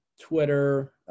Twitter